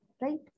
Right